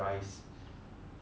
会觉得它很